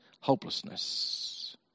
hopelessness